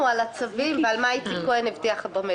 תסביר לנו על הצווים ומה סגן השר יצחק כהן הבטיח במליאה.